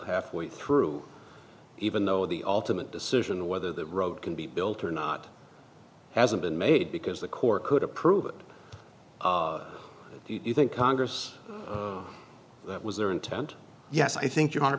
halfway through even though the ultimate decision whether that road can be built or not hasn't been made because the court could approve it do you think congress that was their intent yes i think your h